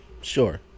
sure